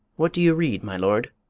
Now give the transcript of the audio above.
what do you read, my lord?